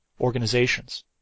organizations